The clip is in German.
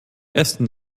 essen